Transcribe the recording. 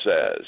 says